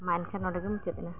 ᱢᱟ ᱮᱱᱷᱟᱱ ᱱᱚᱰᱮᱜᱮ ᱢᱩᱪᱟᱹᱫ ᱮᱱᱟ